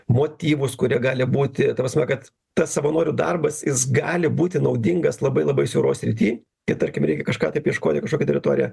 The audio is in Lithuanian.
motyvus kurie gali būti ta prasme kad tas savanorių darbas jis gali būti naudingas labai labai siauroj srity kai tarkim reikia kažką tai apieškoti kažkokią teritoriją